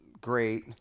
great